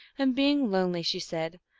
and, be ing lonely, she said,